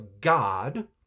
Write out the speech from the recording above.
God